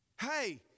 Hey